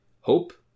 Hope